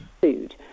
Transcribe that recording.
food